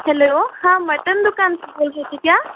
hello हाँ mutton दुकान से बोल रहे थे क्या